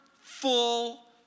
full